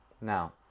Now